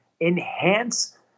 enhance